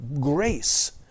grace